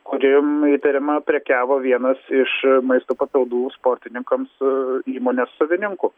kuriom įtariama prekiavo vienas iš maisto papildų sportininkams įmonės savininkų